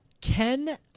Ken